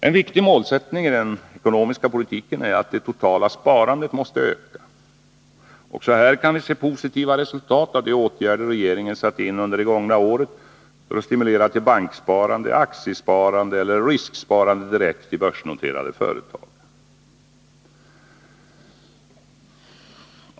En viktig målsättning i den ekonomiska politiken är att det totala sparandet skall öka. Också här kan vi se positiva resultat av de åtgärder regeringen satte in under det gångna året för att stimulera till banksparande, aktiesparande eller risksparande direkt i börsnoterade företag.